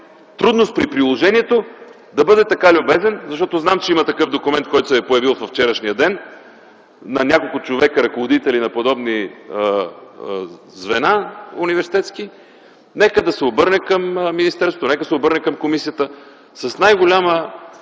трудност при приложението, защото знам, че има такъв документ, който се е появил във вчерашния ден на няколко човека, ръководители на подобни университетски звена, нека да се обърне към министерството, да се обърне към комисията. С най-голяма